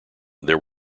there